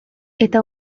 eta